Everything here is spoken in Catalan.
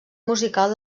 musical